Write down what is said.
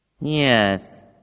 Yes